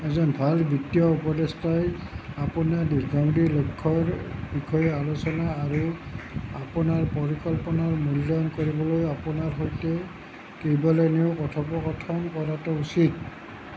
এজন ভাল বিত্তীয় উপদেষ্টাই আপোনাৰ দীৰ্ঘম্যাদী লক্ষ্যৰ বিষয়ে আলোচনা আৰু আপোনাৰ পৰিকল্পনাৰ মূল্যায়ন কৰিবলৈ আপোনাৰ সৈতে কেইবালানিও কথোপকথন কৰাটো উচিত